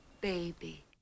baby